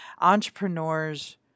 Entrepreneurs